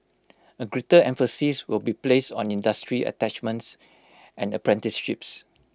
A greater emphasis will be placed on industry attachments and apprenticeships